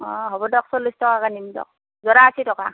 অ' হ'ব দক চল্লিছ টকাকৈ দিম দক য'ৰা আশী টকা